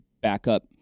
backup